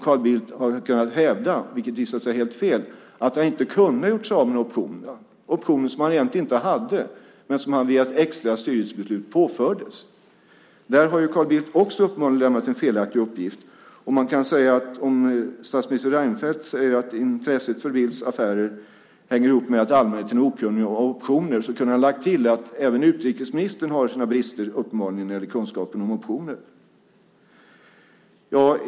Carl Bildt har hävdat att han inte kunde, vilket har visat sig vara helt fel, göra sig av med optionerna, optioner som han egentligen inte hade men som påfördes vid ett extra styrelsemöte. Där har Carl Bildt också uppenbarligen lämnat en felaktig uppgift. Man kan säga att statsminister Reinfeldt, som säger att intresset för Bildts affärer hänger ihop med att allmänheten är okunnig om optioner, kunde han ha lagt till att även utrikesministern uppenbarligen har sina brister när det gäller kunskaper om optioner.